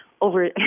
over